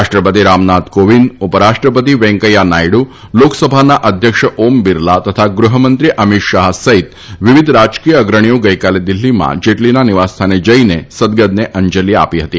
રાષ્ટ્રપતિ રામનાથ કોવિંદ ઉપરાષ્ટ્રપતિ વેંકૈયા નાયડુ લોકસભાના અધ્યક્ષ ઓમ બિરલા તથા ગૃહમંત્રી અમીત શાહ સહિત વિવિધ રાજકીય અગ્રણીઓ ગઇકાલે દિલ્ફીમાં જેટલીના નિવાસસ્થાને જઇને સદ્ગતને અંજલી આપી હતી